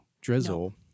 drizzle